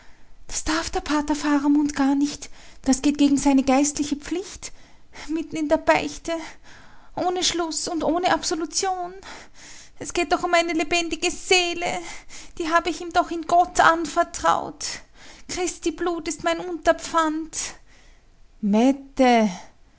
das darf der pater faramund gar nicht das geht gegen seine geistliche pflicht mitten in der beichte ohne schluß und ohne absolution es geht doch um meine lebendige seele die hab ich ihm doch in gott anvertraut christi blut ist mein unterpfand mette